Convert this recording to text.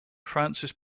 francis